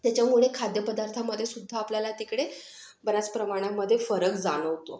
त्याच्यामुडे खाद्य पदार्थामध्येसुद्धा आपल्याला तिकडे बऱ्याच प्रमाणामध्ये फरक जाणवतो